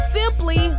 simply